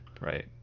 Right